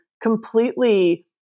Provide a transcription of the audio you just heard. completely